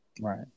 Right